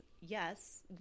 yes